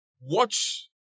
watch